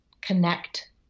connect